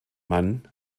mann